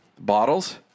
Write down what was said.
bottles